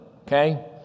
Okay